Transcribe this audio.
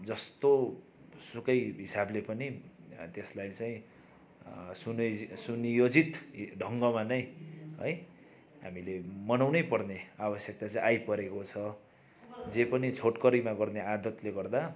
जस्तोसुकै हिसाबले पनि त्यसलाई चाहिँ सुनि सुनियोजित ढङ्गमा नै है हामीले मनाउनै पर्ने आवश्यकता चाहिँ आइपरेको छ जे पनि छोटकरीमा गर्ने आदतले गर्दा